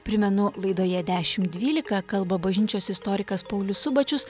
primenu laidoje dešimt dvylika kalba bažnyčios istorikas paulius subačius